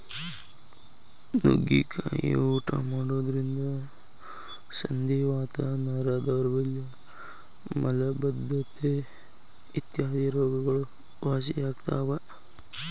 ನುಗ್ಗಿಕಾಯಿ ಊಟ ಮಾಡೋದ್ರಿಂದ ಸಂಧಿವಾತ, ನರ ದೌರ್ಬಲ್ಯ ಮಲಬದ್ದತೆ ಇತ್ಯಾದಿ ರೋಗಗಳು ವಾಸಿಯಾಗ್ತಾವ